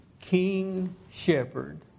king-shepherd